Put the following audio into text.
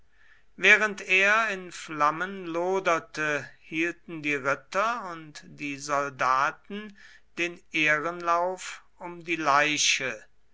während er in flammen loderte hielten die ritter und die soldaten den ehrenlauf um die leiche